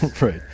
Right